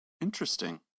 Interesting